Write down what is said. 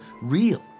real